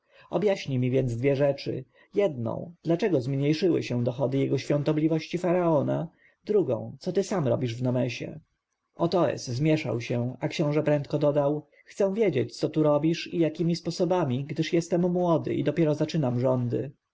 objaśnij mi więc dwie rzeczy jedną dlaczego zmniejszyły się dochody jego świątobliwości faraona drugą co ty sam robisz w nomesie otoes zmieszał się a książę prędko dodał chcę wiedzieć co tu robisz i jakiemi sposobami rządzisz gdyż jestem młody i dopiero zaczynam rządy